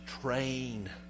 train